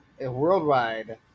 worldwide